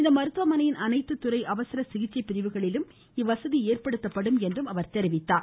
இம்மருத்துவமனையின் அனைத்து துறை அவசர சிகிச்சை பிரிவுகளிலும் இவ்வசதி ஏற்படுத்தப்படும் என்றும் அவர் கூறினார்